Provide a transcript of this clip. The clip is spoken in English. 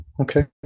Okay